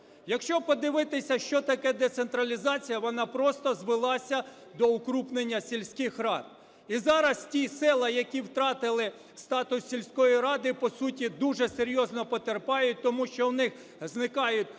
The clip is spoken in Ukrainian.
Якщо подивитися, що таке децентралізація: вона просто звелася до укрупнення сільських рад. І зараз ті села, які втратили статус сільської ради, по суті, дуже серйозно потерпають, тому що у них зникають заклади